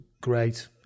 great